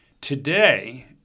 Today